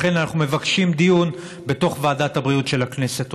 לכן, אנחנו מבקשים דיון בוועדת הבריאות של הכנסת.